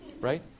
Right